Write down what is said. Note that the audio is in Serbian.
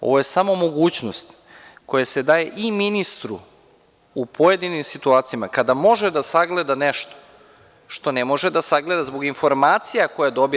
Ovo je samo mogućnost koja se daje i ministru u pojedinim situacijama, kada može da sagleda nešto što ne može da sagleda zbog informacija koje dobija.